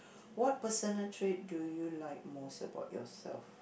what personal trait do you like most about yourself